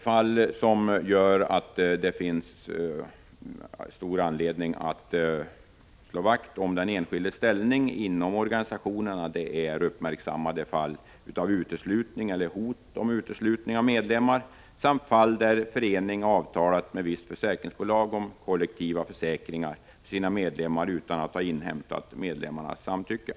Något som också har visat att det finns stor anledning att slå vakt om den enskildes ställning inom organisationerna är uppmärksammade fall av uteslutning eller hot om uteslutning av medlemmar samt fall där förening avtalat med visst försäkringsbolag om kollektiva försäkringar för sina medlemmar utan att ha inhämtat medlemmarnas samtycke.